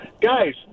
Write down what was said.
Guys